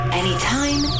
anytime